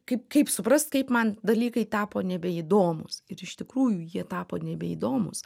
kaip kaip suprast kaip man dalykai tapo nebeįdomūs ir iš tikrųjų jie tapo nebeįdomūs